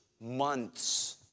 months